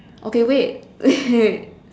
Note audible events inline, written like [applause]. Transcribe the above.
okay wait [laughs] wait wait